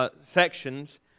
Sections